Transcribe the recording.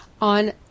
on